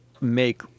make